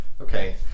Okay